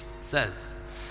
says